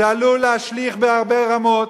זה עלול להשליך בהרבה רמות.